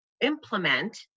implement